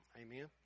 Amen